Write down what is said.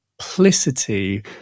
simplicity